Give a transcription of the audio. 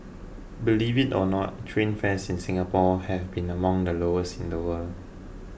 believe it or not train fares in Singapore have been among the lowest in the world